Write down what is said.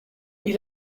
die